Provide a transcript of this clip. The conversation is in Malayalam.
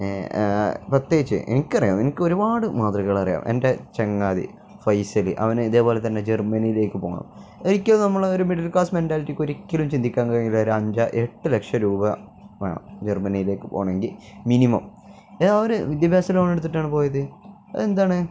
പ്രത്യേകിച്ച് എനിക്കറിയാം എനിക്ക് ഒരുപാട് മാതൃകകളറിയാം എൻ്റെ ചങ്ങാതി ഫൈസല് അവന് ഇതേപോലെ തന്നെ ജർമ്മനിയിലേക്കു പോകണം ഒരിക്കലും നമ്മളൊരു മിഡിൽ ക്ലാസ് മെന്റാലിറ്റിക്ക് ഒരിക്കലും ചിന്തിക്കാൻ കഴിയില്ല ഒരു എട്ട് ലക്ഷ രൂപ വേണം ജർമ്മനയിലേക്കു പോകണമെങ്കില് മിനിമം ഒരു വിദ്യാഭ്യാസ ലോൺ എടുത്തിട്ടാണ് പോയത് എന്താണ്